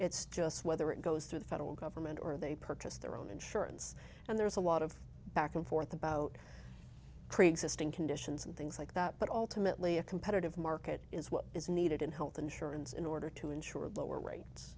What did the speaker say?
it's just whether it goes through the federal government or they purchase their own insurance and there's a lot of back and forth about preexisting conditions and things like that but all timidly a competitive market is what is needed in health insurance in order to insure lower rates